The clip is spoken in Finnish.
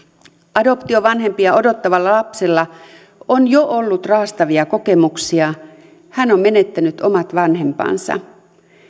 adoptiovanhempia odottavalla lapsella on jo ollut raastavia kokemuksia hän on menettänyt omat vanhempansa